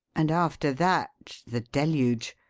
and after that the deluge!